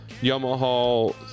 Yamaha